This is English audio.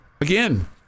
again